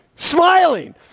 smiling